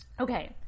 Okay